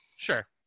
Sure